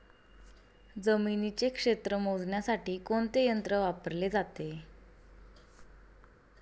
जमिनीचे क्षेत्र मोजण्यासाठी कोणते यंत्र वापरले जाते?